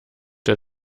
der